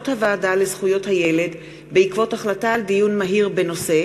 ישראל אייכלר, הצעת חוק סל שירותים נוספים בחינוך,